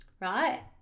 Right